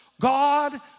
God